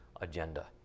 agenda